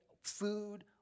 food